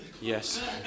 yes